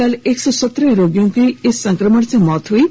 कल एक सौ सत्रह रोगियों की इस संक्रमण से मौत हुई है